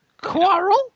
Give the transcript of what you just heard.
Quarrel